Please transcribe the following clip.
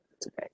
today